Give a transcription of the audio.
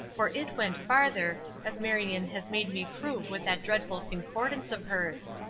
for it went farther, as marion has made me prove with that dreadful concordance of hers.